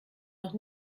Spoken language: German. noch